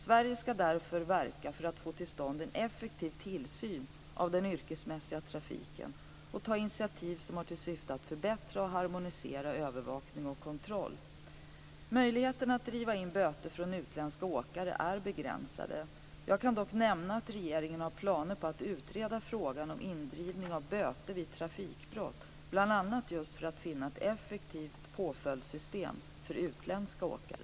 Sverige skall därför verka för att få till stånd en effektiv tillsyn av den yrkesmässiga trafiken, och ta initiativ som har till syfte att förbättra och harmonisera övervakning och kontroll. Möjligheterna att driva in böter från utländska åkare är begränsade. Jag kan dock nämna att regeringen har planer på att utreda frågan om indrivning av böter vid trafikbrott, bl.a. just för att finna ett effektivt påföljdssystem för utländska åkare.